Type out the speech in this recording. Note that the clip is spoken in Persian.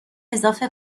اضافه